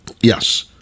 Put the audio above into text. Yes